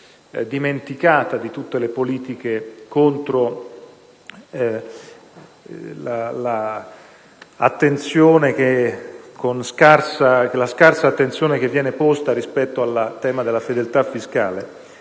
dimenticata di tutte le politiche contro la scarsa attenzione che viene posta rispetto al tema della fedeltà fiscale)